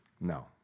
No